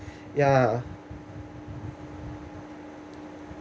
ya